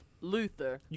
Luther